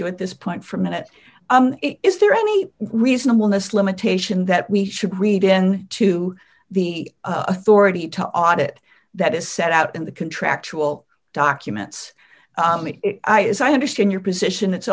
you at this point for minute is there any reasonable this limitation that we should read in to the authority to audit that is set out in the contractual documents if i as i understand your position it's